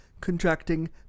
contracting